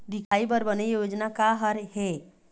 दिखाही बर बने योजना का हर हे?